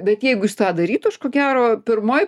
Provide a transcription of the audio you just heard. bet jeigu jis tą darytų aš ko gero pirma